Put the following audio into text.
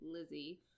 Lizzie